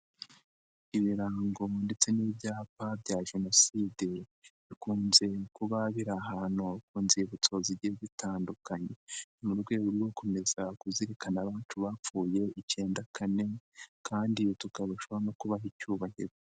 Ibirango ndetse n'ibyapa bya Jenoside, bikunze kuba biri ahantu ku nzibutso zigiyezitandukanye, mu rwego rwo gukomeza kuzirikana abacu bapfuye icyenda kane kandi tukarushaho no kubaha icyubahiro.